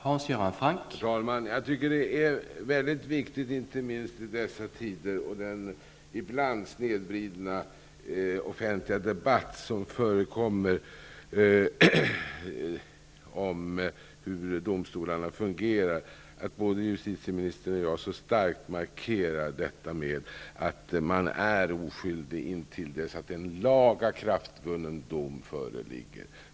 Herr talman! Det är viktigt, inte minst i dessa tider med den ibland snedvridna offentliga debatt som förekommer om hur domstolarna fungerar, att både justitieministern och jag starkt markerar att man är oskyldig intill dess en lagakraftvunnen dom föreligger.